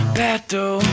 battle